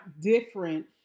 different